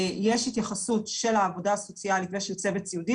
יש התייחסות של העבודה הסוציאלית ושל הצוות הסיעודי,